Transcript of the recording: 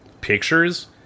pictures